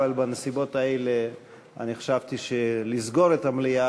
אבל בנסיבות האלה אני חשבתי שלסגור את המליאה